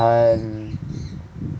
um